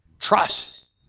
Trust